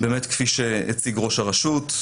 באמת כפי שהציג ראש הרשות,